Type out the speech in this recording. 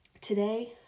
today